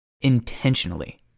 intentionally